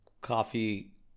coffee